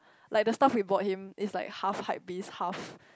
like the stuff we bought him is like half hypebeast half